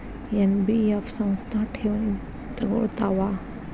NBF ಸಂಸ್ಥಾ ಠೇವಣಿ ತಗೋಳ್ತಾವಾ?